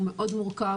הוא מאוד מורכב,